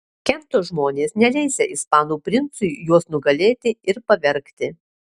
kento žmonės neleisią ispanų princui juos nugalėti ir pavergti